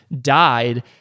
died